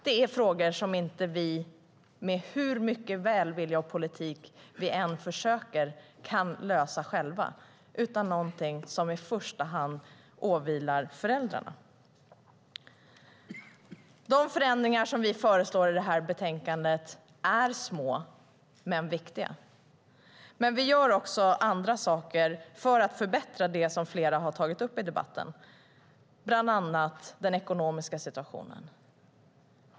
Det är frågor som inte vi med hur mycket välvilja och politik vi än försöker kan lösa. Det är någonting som i första hand åvilar föräldrarna. De förändringar som vi föreslår i betänkandet är små men viktiga. Vi gör också andra saker för att förbättra det som flera har tagit upp i debatten, bland annat den ekonomiska situationen.